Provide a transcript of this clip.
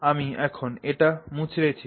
আমি এখন এটি মুচড়েছি